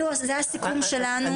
זה הסיכום שלנו.